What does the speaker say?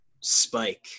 spike